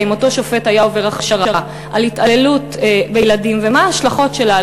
אם אותו שופט היה עובר הכשרה על התעללות בילדים ומה ההשלכות שלה,